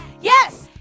yes